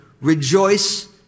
Rejoice